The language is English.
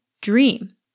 dream